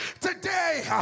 today